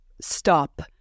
stop